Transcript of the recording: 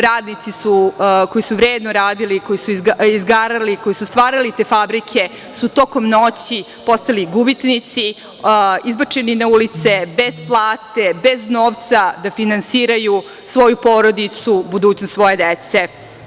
Radnici koji su vredno radili, koji su izgarali, koji su stvarala te fabrike su tokom noći postali gubitnici, izbačeni na ulice, bez plate, bez novca da finansiraju svoju porodicu, budućnost svoje dece.